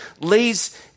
lays